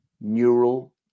neural